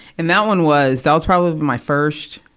and that one was. that was probably my first,